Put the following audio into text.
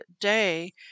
day